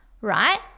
right